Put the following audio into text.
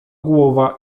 głowa